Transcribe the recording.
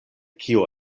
kio